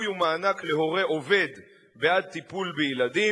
ומענק להורה עובד בעד טיפול בילדים).